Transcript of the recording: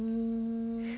um